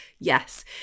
Yes